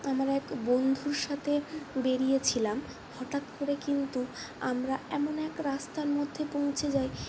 আমার এক বন্ধুর সাথে বেরিয়েছিলাম হঠাৎ করে কিন্তু আমরা এমন এক রাস্তার মধ্যে পৌঁছে যাই